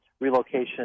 relocation